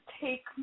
take